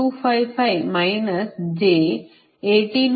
255 minus j 18